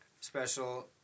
special